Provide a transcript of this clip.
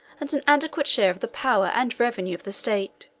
and an adequate share of the power and revenue of the state.